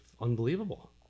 unbelievable